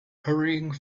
hurrying